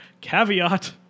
caveat